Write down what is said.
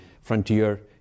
frontier